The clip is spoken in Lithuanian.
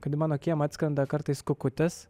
kad į mano kiemą atskrenda kartais kukutis